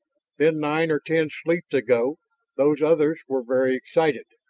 then nine or ten sleeps ago those others were very excited.